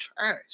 trash